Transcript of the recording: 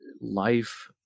Life